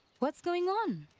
what's going on?